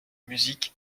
musique